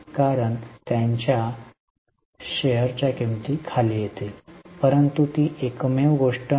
कारण त्यांच्या शेअरच्या किंमती खाली येतील परंतु ती एकमेव गोष्ट नाही